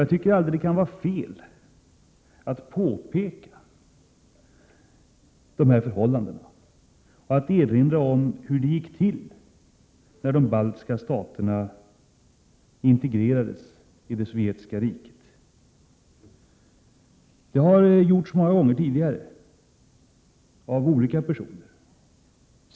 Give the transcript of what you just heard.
Jag tycker aldrig att det kan vara fel att påpeka dessa förhållanden eller att erinra om hur det gick till när de baltiska staterna integrerades i det sovjetiska riket. Det har gjorts många gånger tidigare av olika personer.